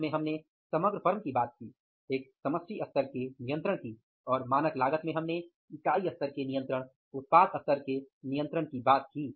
budget में हमने समग्र फर्म की बात की एक समष्टि स्तर के नियंत्रण की और मानक लागत में हमने इकाई स्तर के नियंत्रण उत्पाद स्तर के नियंत्रण की बात की